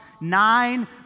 nine